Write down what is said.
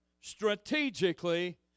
strategically